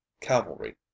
cavalry